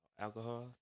Alcohol